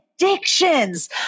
addictions